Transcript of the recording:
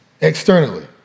externally